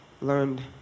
learned